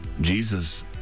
Jesus